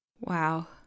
Wow